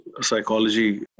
psychology